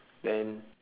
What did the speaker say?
then